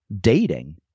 dating